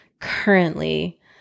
currently